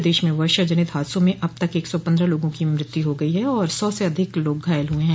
प्रदेश में वर्षा जनित हादसों में अब तक एक सौ पन्द्रह लोगों की मृत्यु हो गई है और सौ से अधिक लोग घायल हुए हैं